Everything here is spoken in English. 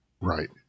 Right